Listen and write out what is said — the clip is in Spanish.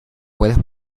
puedes